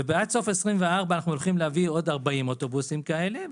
עד סוף 2024 אנחנו הולכים להביא עוד 40 אוטובוסים כאלה,